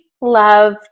love